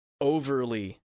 overly